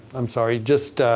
i'm sorry, just